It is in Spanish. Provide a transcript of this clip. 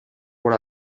por